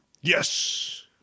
Yes